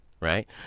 Right